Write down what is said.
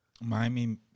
Miami